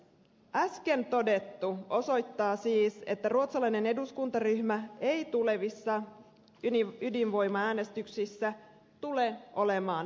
äsken todettu osoittaa siis että ruotsalainen eduskuntaryhmä ei tulevissa ydinvoimaäänestyksissä tule olemaan yhtenäinen